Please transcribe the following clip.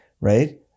Right